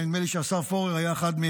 ונדמה לי שהשר פורר היה אחד,